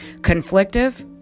conflictive